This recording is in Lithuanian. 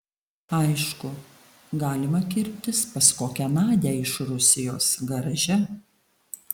aišku galima kirptis pas kokią nadią iš rusijos garaže